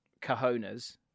cojones